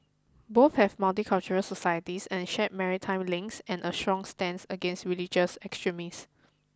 both have multicultural societies and share maritime links and a strong stance against religious extremist